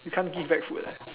you can't give back food ah